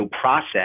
process